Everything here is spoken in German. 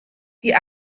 die